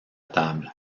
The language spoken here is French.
table